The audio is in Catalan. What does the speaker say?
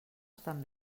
estan